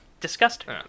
disgusting